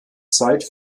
zeit